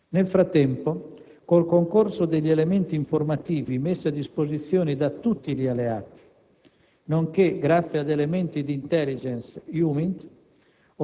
Nel frattempo, col concorso degli elementi informativi messi a disposizione da tutti gli alleati, nonché grazie ad elementi di *intelligence* Humint